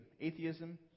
Atheism